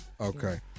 Okay